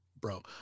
Bro